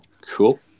cool